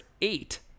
eight